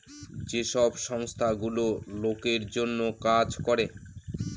যে সব সংস্থা গুলো লোকের জন্য কাজ করে